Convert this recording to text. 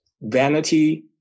vanity